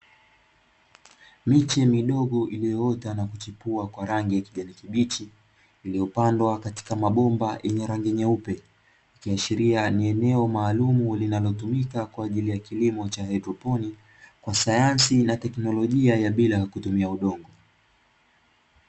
Miche midogo iliyoota na kuchipua kwa rangi ya kijani kibichi iliyopandwa katika mabomba yenye rangi nyeupe, ikiashiria ni eneo maalumu linalotumika kwa ajili ya kilimo ya haidriponi kwa sayansi na teknolojia ya bila kutumia udongo.